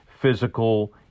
physical